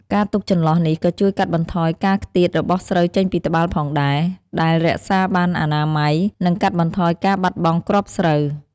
ការទុកចន្លោះនេះក៏ជួយកាត់បន្ថយការខ្ទាតរបស់ស្រូវចេញពីត្បាល់ផងដែរ ដែលរក្សាបានអនាម័យ និងកាត់បន្ថយការបាត់បង់គ្រាប់ស្រូវ។